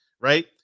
right